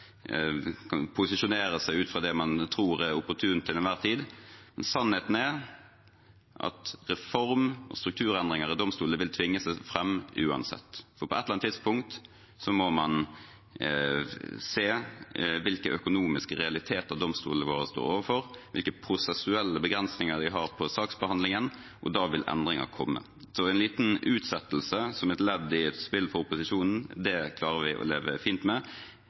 posisjonere seg ut fra det man tror er opportunt til enhver tid, men sannheten er at reform og strukturendringer i domstolene vil tvinge seg fram uansett. På et eller annet tidspunkt må man se hvilke økonomiske realiteter domstolene våre står overfor, og hvilke prosessuelle begrensninger de har for saksbehandlingen, og da vil endringer komme. En liten utsettelse som et ledd i et spill for opposisjonen klarer vi å leve fint med.